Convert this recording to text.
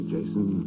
Jason